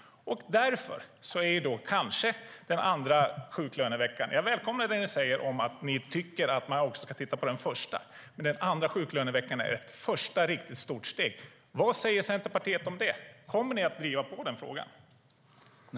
När det gäller andra sjuklöneveckan välkomnar jag att ni tycker att man också ska titta på den första. Men den andra sjuklöneveckan är ett första riktigt stort steg. Vad säger Centerpartiet om det? Kommer ni att driva på i den frågan?